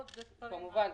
כמובן.